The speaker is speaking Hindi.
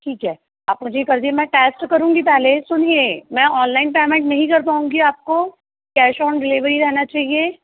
ठीक है आप मुझे करदिए में ट्यास्ट करूंगी पहले सुनिए मैं ऑनलाइन पेमेन्ट नहीं कर पाऊँगी आपको क्याश ऑन डिलीवरी रहना चाहिए